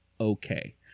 okay